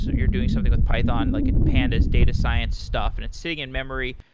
so you're doing something with python, like pandas data science stuff and it's sitting in memory,